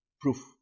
Proof